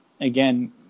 Again